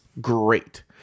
great